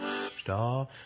Star